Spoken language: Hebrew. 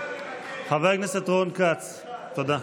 חבר הכנסת רון כץ, תודה.